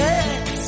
Yes